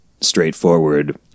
straightforward